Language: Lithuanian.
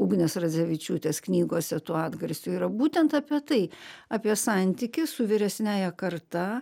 ugnės radzevičiūtės knygose tų atgarsių yra būtent apie tai apie santykį su vyresniąja karta